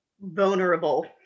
Vulnerable